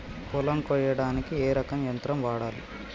పొలం కొయ్యడానికి ఏ రకం యంత్రం వాడాలి?